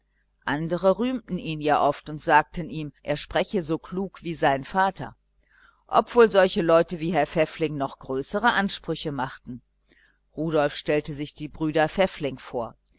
andere rühmten ihn ja oft und sagten ihm er spreche so klug wie sein vater ob wohl solche leute wie herr pfäffling noch größere ansprüche machten rudolf stellte sich die brüder pfäffling vor